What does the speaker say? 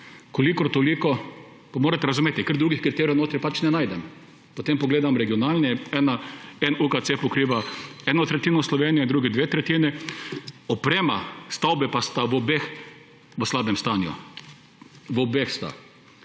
kolikor toliko – pa morate razumeti, ker drugih kriterijev notri pač ne najdem –, potem pogledam regionalni, en UKC pokriva eno tretjino Slovenije, drugi dve tretjini, oprema stavbe pa je v obeh v slabem stanju, v obeh.